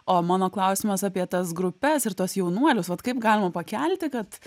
o mano klausimas apie tas grupes ir tuos jaunuolius vat kaip galima pakelti kad